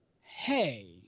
hey